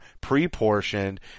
pre-portioned